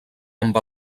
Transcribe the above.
amb